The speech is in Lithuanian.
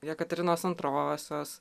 jekaterinos antrosios